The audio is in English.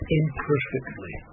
imperfectly